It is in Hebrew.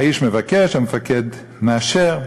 האיש מבקש, המפקד מאשר.